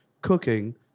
cooking